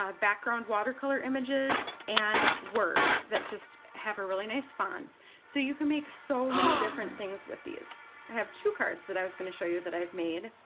ah background watercolor images and words that just have a really nice font so you can make so many different things with these. i have two cards that i was going to show you that i've made.